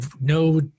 no